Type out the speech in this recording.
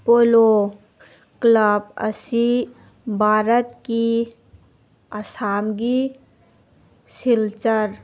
polo club ꯑꯁꯤ ꯚꯥꯔꯠꯀꯤ ꯑꯁꯥꯝꯒꯤ ꯁꯤꯜꯆꯔ